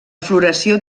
floració